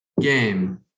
game